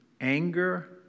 anger